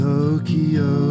Tokyo